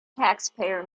taxpayer